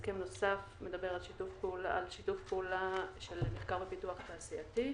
הסכם נוסף מדבר על שיתוף פעולה של מחקר ופיתוח תעשייתי.